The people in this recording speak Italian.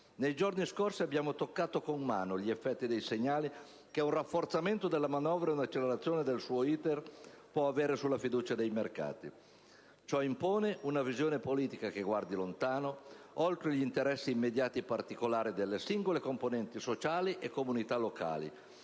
Nei giorni scorsi abbiamo toccato con mano gli effetti dei segnali che un rafforzamento della manovra e una accelerazione del suo *iter* può avere sulla fiducia dei mercati. Ciò impone una visione politica che guardi lontano, oltre gli interessi immediati e particolari delle singole componenti sociali e comunità locali,